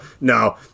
no